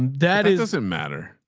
that is a matter,